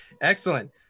Excellent